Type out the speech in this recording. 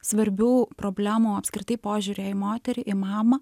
svarbių problemų o apskritai požiūrio į moterį į mamą